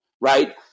Right